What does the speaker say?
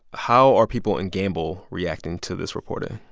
how are people in gambell reacting to this reporting?